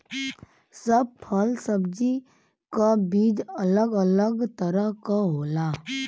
सब फल सब्जी क बीज अलग अलग तरह क होला